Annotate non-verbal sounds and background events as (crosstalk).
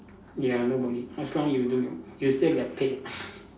ya nobody as long you do you still get paid (breath)